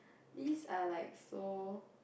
these are like so